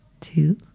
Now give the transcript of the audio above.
two